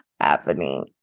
happening